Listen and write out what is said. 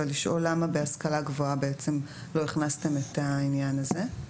אבל לשאול למה בהשכלה גבוהה בעצם לא הכנסתם את העניין הזה?